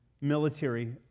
military